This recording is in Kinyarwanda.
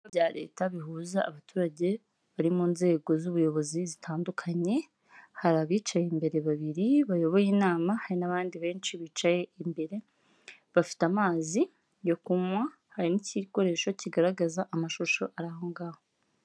Mu nama cyangwa se mumahugurwa, biba byiza cyane yuko abantu bitabiriye iyonama cyangwa amahugurwa, bakurikiira ibiri kubera muri iyo nama cyangwa se ayo mahugurwa, mugihe cyose bayitabiriye bika byiza y'uko, mugihe hari igitekerezo kiza kivugiwemo, abafite aho agomba kucyandika kugira ngo kize kumufasha hanyuma.